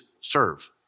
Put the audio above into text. serve